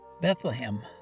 Bethlehem